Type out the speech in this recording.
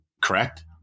Correct